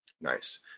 nice